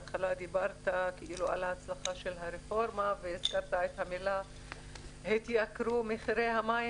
אתה דיברת על ההצלחה של הרפורמה ודיברת על התייקרות מחירי המים.